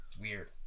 Weird